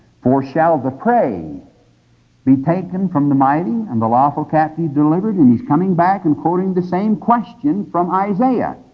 for shall the prey be taken from the mighty, or and the lawful captive delivered? and he's coming back and quoting the same question from isaiah.